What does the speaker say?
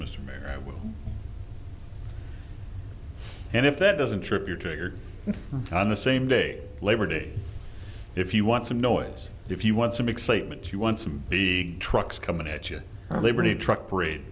mayor and if that doesn't trip your trigger on the same day labor day if you want some noise if you want some excitement you want some big trucks coming at your liberty truck parade